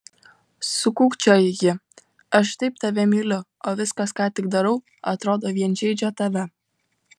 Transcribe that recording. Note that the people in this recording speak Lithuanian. sukūkčiojo ji aš taip tave myliu o viskas ką tik darau atrodo vien žeidžia tave